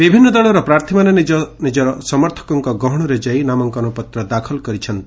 ବିଭିନ୍ନ ଦଳର ପ୍ରାର୍ଥୀମାନେ ନିଜ ସମର୍ଥକଙ୍କ ଗହଶରେ ଯାଇ ନାମାଙ୍କନ ପତ୍ର ଦାଖଲ କରିଛନ୍ତି